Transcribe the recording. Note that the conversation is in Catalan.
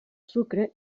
sucre